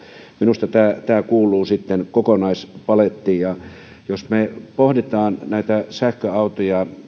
minusta tämä tämä kuuluu sitten kokonaispalettiin me pohdimme näitä sähköautoja